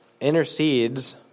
intercedes